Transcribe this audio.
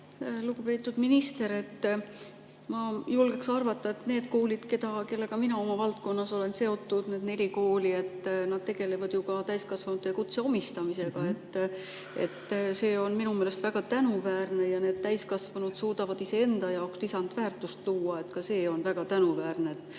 Lugupeetud minister! Ma julgen arvata, et need koolid, kellega mina oma valdkonnas seotud olen, need neli kooli, tegelevad ju ka täiskasvanutele kutse omistamisega. See on minu meelest väga tänuväärne. Ja et need täiskasvanud suudavad iseenda jaoks lisandväärtust luua, ka see on väga tänuväärne.